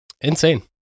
insane